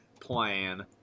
plan